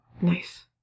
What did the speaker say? nice